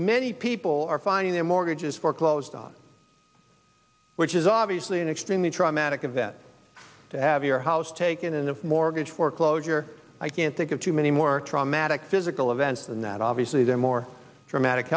many people are finding their mortgages foreclosed on which is obviously an extremely traumatic event to have your house taken in the mortgage foreclosure i can't think of too many more traumatic physical events than that obviously the more dramatic